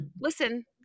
Listen